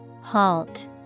Halt